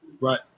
Right